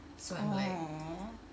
!aww!